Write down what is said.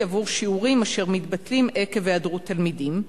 עבור שיעורים אשר מתבטלים עקב היעדרות תלמידים,